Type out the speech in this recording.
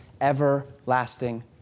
everlasting